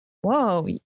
whoa